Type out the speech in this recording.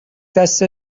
دسته